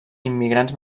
immigrants